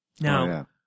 Now